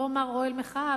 לא אומר אוהל מחאה,